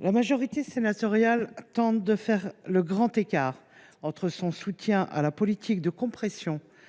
La majorité sénatoriale tente de faire le grand écart entre son soutien à la politique de compression